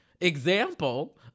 example